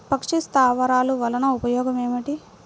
పక్షి స్థావరాలు వలన ఉపయోగం ఏమిటి?